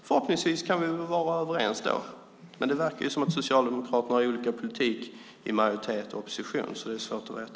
Förhoppningsvis kan vi vara överens då, men det verkar som om Socialdemokraterna har olika politik i majoritet och opposition, så det är svårt att veta.